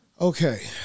Okay